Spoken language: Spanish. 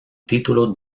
título